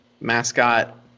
mascot